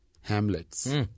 hamlets